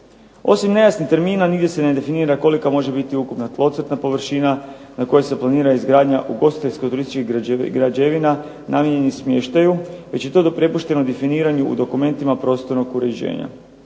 Osim nejasnih termina nigdje se ne definira kolika može biti ukupna tlocrtna površina na kojoj se planira izgradnja ugostiteljsko turističkih građevina namijenjenih smještaju već je to prepušteno definiranju u dokumentima prostornog uređenja.